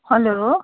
hello